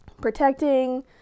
protecting